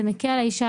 זה מקל על האישה,